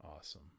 Awesome